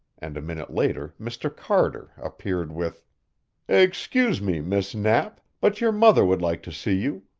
and a minute later mr. carter appeared with excuse me, miss knapp, but your mother would like to see you.